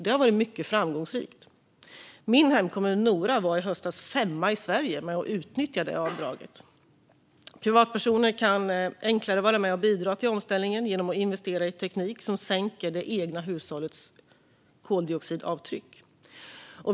Det har varit mycket framgångsrikt. Min hemkommun Nora var i höstas femma i Sverige med att utnyttja det avdraget. Privatpersoner kan enklare vara med och bidra till omställningen genom att investera i teknik som sänker det egna hushållets koldioxidavtryck.